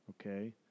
Okay